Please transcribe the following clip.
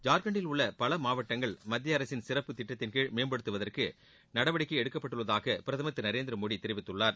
ஜார்கண்ட்டில் உள்ள பல மாவட்டங்கள் மத்திய அரசின் சிறப்பு திட்டத்தின்கீழ் மேம்படுத்துவதற்கு நடவடிக்கை எடுக்கப்பட்டுள்ளதா பிரதமர் திரு நரேந்திர மோடி தெரிவித்துள்ளார்